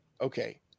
Okay